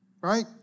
Right